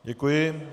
Děkuji.